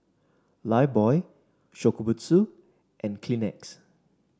Lifebuoy Shokubutsu and Kleenex